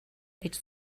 гэж